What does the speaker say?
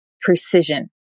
precision